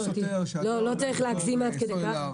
לא צריך להגזים עד כדי כך.